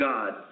God